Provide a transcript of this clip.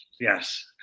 Yes